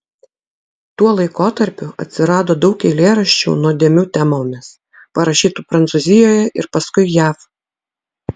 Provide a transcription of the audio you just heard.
tuo laikotarpiu atsirado daug eilėraščių nuodėmių temomis parašytų prancūzijoje ir paskui jav